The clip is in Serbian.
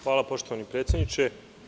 Hvala poštovani predsedniče.